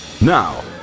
Now